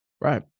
Right